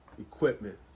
equipment